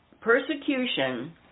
persecution